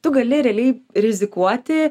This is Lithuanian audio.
tu gali realiai rizikuoti